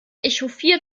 echauffiert